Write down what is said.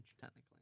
technically